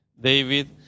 David